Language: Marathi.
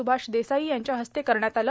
स्भाष देसाई यांच्या हस्ते करण्यात आले